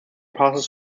passes